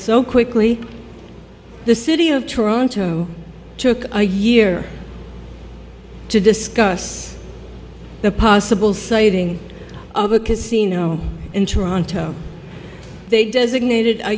so quickly the city of toronto took a year to discuss the possible sighting of a casino in toronto they designated a